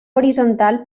horitzontal